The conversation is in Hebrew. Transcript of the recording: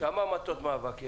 כמה מטות מאבק יש?